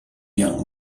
young